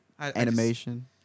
animation